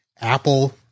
Apple